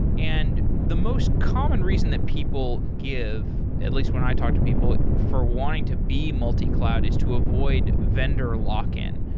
and the most common reason that people give, at least when i talk to people for wanting to be multi cloud, is to avoid vendor lock-in.